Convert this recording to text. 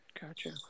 Gotcha